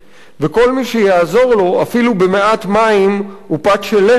וכל מי שיעזור לו אפילו במעט מים ופת של לחם,